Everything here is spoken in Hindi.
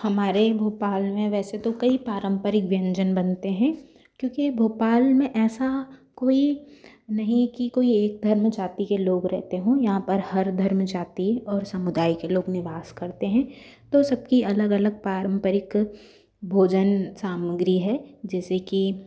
हमारे भोपाल में वैसे तो कई पारंपरिक व्यंजन बनते हैं क्योंकि भोपाल में ऐसा कोई नहीं कि कोई एक धर्म जाति के लोग रहते हो यहाँ पर हर धर्म जाति और समुदाय के लोग निवास करते हैं तो सबकी अलग अलग पारंपरिक भोजन सामग्री है जैसे कि